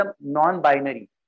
non-binary